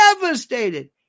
devastated